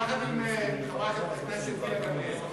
יחד עם חברת הכנסת גילה גמליאל.